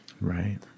Right